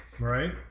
Right